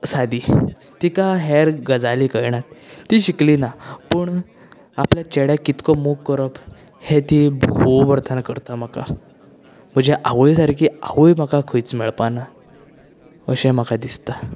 सादी तिका हेर गजाली कळनात ती शिकली ना पूण आपल्या चेड्याक कितलो मोग करप हें ती भोव अर्थान करता म्हाका म्हज्या आवय सारकी आवय म्हाका खंयच मेळपाक ना अशें म्हाका दिसता